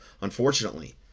unfortunately